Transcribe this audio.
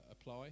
apply